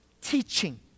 teaching